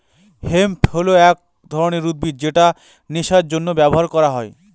hemp হল এক ধরনের উদ্ভিদ যেটা নেশার জন্য ব্যবহার করা হয়